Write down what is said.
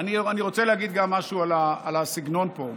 אני רוצה להגיד גם משהו על הסגנון פה,